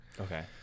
Okay